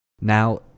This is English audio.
Now